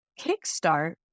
kickstart